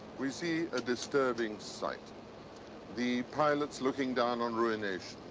we see a disturbing sight the pilots looking down on ruination,